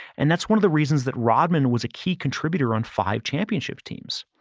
and that's one of the reasons that rodman was a key contributor on five championship teams.